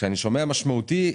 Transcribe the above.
כשאני שומע משמעותי,